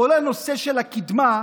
כל הנושא של הקדמה,